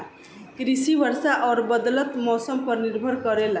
कृषि वर्षा और बदलत मौसम पर निर्भर करेला